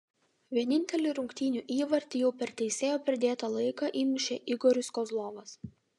vienintelį rungtynių įvartį jau per teisėjo pridėtą laiką įmušė igoris kozlovas